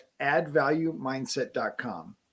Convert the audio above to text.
AddValueMindset.com